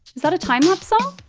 is that a time lapse song?